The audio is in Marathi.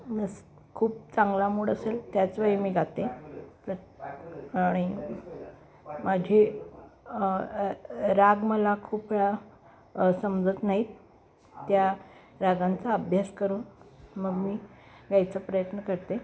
नस खूप चांगला मूड असेल त्याचवेळी मी गाते आणि माझे राग मला खूप वेळा समजत नाहीत त्या रागांचा अभ्यास करून मग मी गायचा प्रयत्न करते